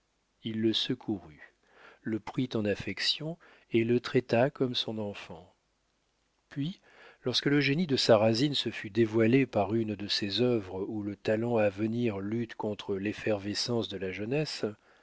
il le secourut le prit en affection et le traita comme son enfant puis lorsque le génie de sarrasine se fut dévoilé par une de ces œuvres où le talent à venir lutte contre l'effervescence de la jeunesse